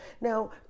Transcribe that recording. now